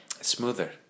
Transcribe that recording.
Smoother